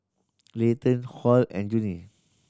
Layton Hall and Junie